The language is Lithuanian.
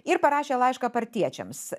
ir parašė laišką partiečiams